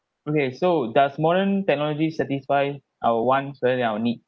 okay so does modern technology satisfy our wants rather than our need